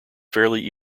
fairly